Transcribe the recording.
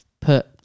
put